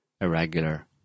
irregular